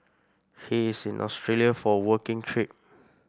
he is in Australia for a working trip